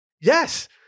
yes